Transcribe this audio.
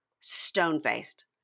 stone-faced